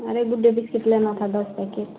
अरे Good Day biscuit लेना था दस पैकेट